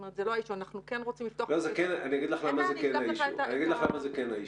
אנחנו כן רוצים לפתוח --- אני אגיד לך למה זה כן האישיו.